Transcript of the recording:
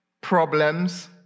problems